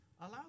allow